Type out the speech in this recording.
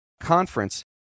conference